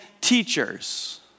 teachers